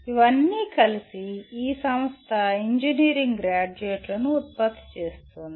ఇవన్నీ కలిసి ఈ సంస్థ ఇంజనీరింగ్ గ్రాడ్యుయేట్లను ఉత్పత్తి చేస్తుంది